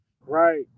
Right